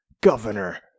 governor